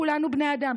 כולנו בני אדם.